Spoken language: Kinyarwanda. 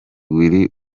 willy